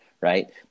right